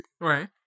Right